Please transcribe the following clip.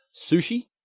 Sushi